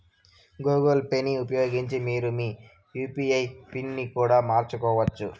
Google పేని ఉపయోగించి మీరు మీ యూ.పీ.ఐ పిన్ ని కూడా మార్చుకోవచ్చు